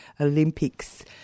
Olympics